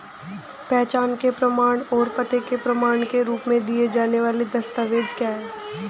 पहचान के प्रमाण और पते के प्रमाण के रूप में दिए जाने वाले दस्तावेज क्या हैं?